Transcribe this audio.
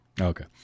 Okay